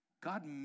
God